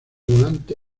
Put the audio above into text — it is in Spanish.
volante